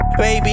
Baby